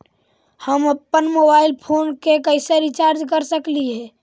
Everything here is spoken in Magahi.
हम अप्पन मोबाईल फोन के कैसे रिचार्ज कर सकली हे?